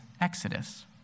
exodus